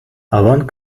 avant